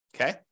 okay